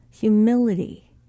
humility